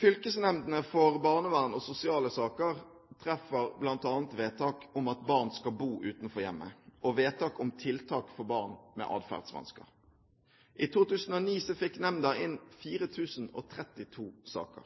Fylkesnemndene for barnevern og sosiale saker treffer bl.a. vedtak om at barn skal bo utenfor hjemmet, og vedtak om tiltak for barn med atferdsvansker. I 2009 fikk nemndene inn 4 032 saker.